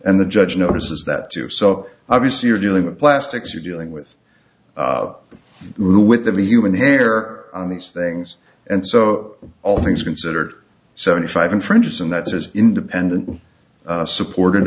and the judge notices that too so obviously you're dealing with plastics you're dealing with the rule with the human hair on these things and so all things considered seventy five infringes and that says independent supported